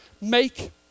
make